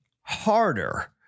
harder